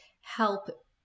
help